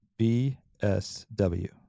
BSW